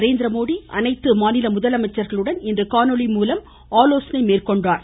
நரேந்திரமோடி அனைத்து மாநில முதலமைச்சர்களுடன் இன்று காணொலி மூலம் ஆலோசனை மேற்கொண்டுள்ளார்